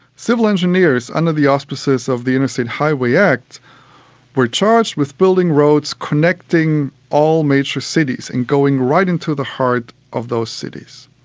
civil engineers under the auspices of the interstate highway act were charged with building roads connecting all major cities and going right into the heart of those cities.